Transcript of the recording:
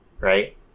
right